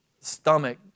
Stomach